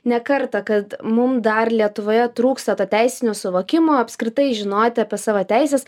ne kartą kad mum dar lietuvoje trūksta to teisinio suvokimo apskritai žinoti apie savo teises